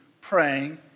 praying